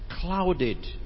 clouded